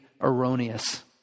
erroneous